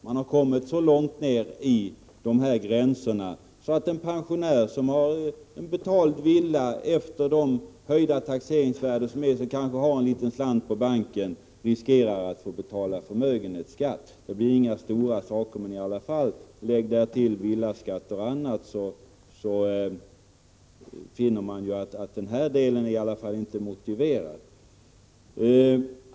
Gränsen har satts så långt ned att en pensionär med en liten slant på banken och en betald villa efter de höjda taxeringsvärdena riskerar att få betala förmögenhetsskatt. Det blir inga stora summor, men lägger man därtill villaskatten och annat, finner man att denna höjning inte är motiverad.